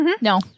No